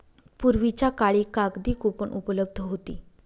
पूर्वीच्या काळी कागदी कूपन उपलब्ध होती